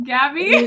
Gabby